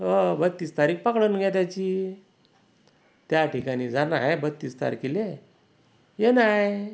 हा बत्तीस तारीख पकडून घ्या त्याची त्या ठिकाणी जाणं आहे बत्तीस तारखेला येणं आहे